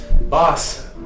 boss